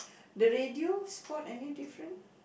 the radio spot any difference